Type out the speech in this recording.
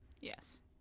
yes